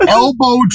elbow